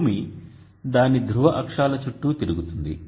భూమి దాని ధ్రువ అక్షాల చుట్టూ తిరుగుతుంది